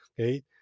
Okay